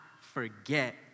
forget